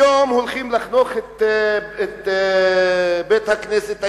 היום הולכים לחנוך את בית-הכנסת היהודי,